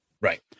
Right